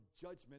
judgment